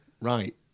Right